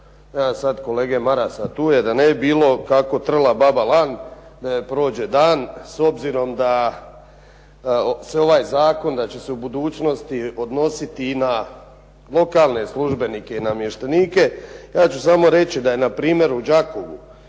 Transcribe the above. sad kolege Marasa, tu je, da ne bi bilo kako “trla baba lan da joj prođe dan“ s obzirom da se ovaj zakon, da će se u budućnosti odnositi i na lokalne službenike i namještenike ja ću samo reći da je na primjer u Đakovu